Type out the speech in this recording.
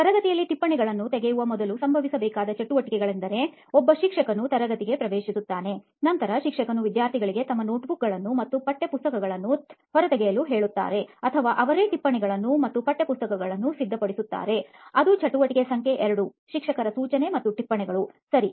ತರಗತಿಯಲ್ಲಿ ಟಿಪ್ಪಣಿಗಳನ್ನು ತೆಗೆಯುವ ಮೊದಲು ಸಂಭವಿಸ ಬೇಕಾದ ಚಟುವಟಿಕೆಗಳೆಂದರೆ ಒಬ್ಬ ಶಿಕ್ಷಕನು ತರಗತಿಗೆ ಪ್ರವೇಶಿಸುತ್ತಾನೆ ನಂತರ ಶಿಕ್ಷಕರು ವಿದ್ಯಾರ್ಥಿಗಳಿಗೆ ತಮ್ಮ ನೋಟ್ಬುಕ್ಗಳನ್ನು ಮತ್ತು ಪಠ್ಯಪುಸ್ತಕಗಳನ್ನು ಹೊರತೆಗೆಯಲು ಕೇಳುತ್ತಾರೆ ಅಥವಾ ಅವರೇ ಟಿಪ್ಪಣಿಗಳನ್ನು ಮತ್ತು ಪಠ್ಯಗಳನ್ನು ಸಿದ್ಧಪಡಿಸುತ್ತಾರೆಅದು ಚಟುವಟಿಕೆ ಸಂಖ್ಯೆ 2 ಶಿಕ್ಷಕರ ಸೂಚನೆ ಮತ್ತು ಟಿಪ್ಪಣಿಗಳು ಸರಿ